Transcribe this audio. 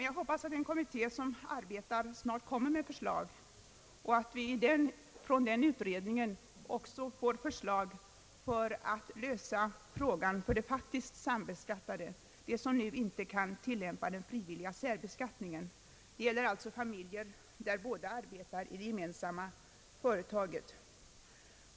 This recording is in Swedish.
Jag hoppas att den kommitté som arbetar snart kommer med förslag om särbeskattning och då också med förslag för att lösa frågan för de faktiskt sambeskattade, som nu inte kan tillämpa den frivilliga särbeskattningen. Det gäller familjer, där båda arbetar i det gemensamma företaget.